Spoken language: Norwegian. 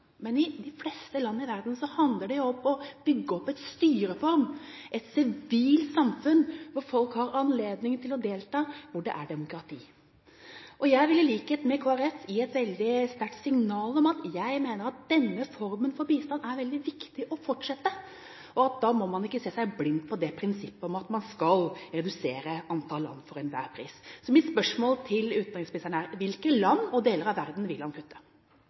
men i de fleste land i verden handler det om å bygge opp en styreform, et sivilt samfunn, hvor folk har anledning til å delta, og hvor det er demokrati. Jeg vil, i likhet med Kristelig Folkeparti, gi et veldig sterkt signal om at jeg mener at denne formen for bistand er veldig viktig å fortsette, og at man da ikke må se seg blind på prinsippet om at man skal redusere antall land for enhver pris. Mitt spørsmål til utenriksministeren er: Hvilke land og deler av verden vil han kutte?